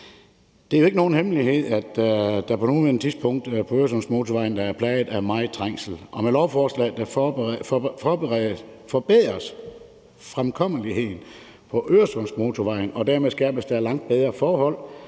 Det er jo ikke nogen hemmelighed, at Øresundsmotorvejen på nuværende tidspunkt er plaget af meget trængsel, og med lovforslaget forbedres fremkommeligheden på Øresundsmotorvejen, og dermed skabes der langt bedre forhold